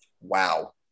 Wow